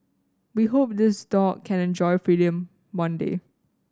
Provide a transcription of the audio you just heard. we hope this dog can enjoy free one day